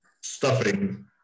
stuffing